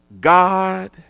God